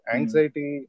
Anxiety